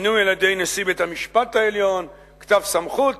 מינוי על-ידי נשיא בית- המשפט העליון, כתב סמכות